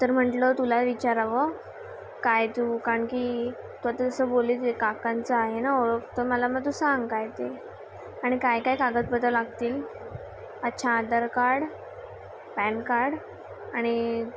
तर म्हटलं तुला विचारावं काय तू कारण की तू आता जसं बोललीस तसं काकांचं आहे ना ओळख तर मला मग तू सांग काय ते आणि काय काय कागदपत्रं लागतील अच्छा आधार कार्ड पॅन कार्ड आणि